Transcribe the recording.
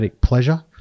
pleasure